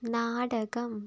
നാടകം